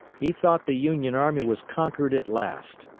he thought the union army was conquered at last.